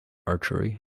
archery